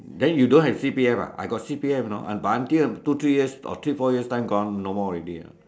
then you don't have C_P_F ah I got C_P_F know but until two three years or three four years time gone no more already ah